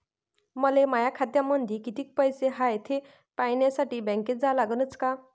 मले माया खात्यामंदी कितीक पैसा हाय थे पायन्यासाठी बँकेत जा लागनच का?